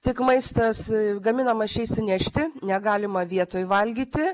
tik maistas gaminamas čia išsinešti negalima vietoj valgyti